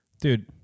dude